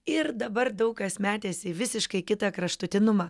ir dabar daug kas metėsi į visiškai kitą kraštutinumą